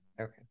okay